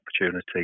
opportunity